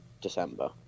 December